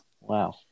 Wow